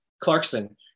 Clarkson